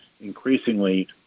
increasingly